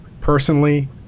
personally